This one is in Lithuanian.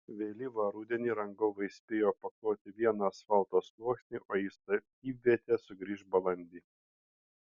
vėlyvą rudenį rangovai spėjo pakloti vieną asfalto sluoksnį o į statybvietę sugrįš balandį